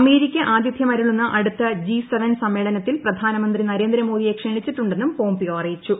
America ആതിഥ്യമരുളുന്ന അടുത്ത ജിംഗ സമ്മേളനത്തിൽ പ്രധാനമന്ത്രി നരേന്ദ്ര മോദിയെ ക്ഷണിച്ചിട്ടുണ്ടെന്നുക പോംപിയോ അറിയിച്ചു